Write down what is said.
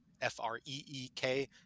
F-R-E-E-K